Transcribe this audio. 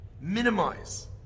Minimize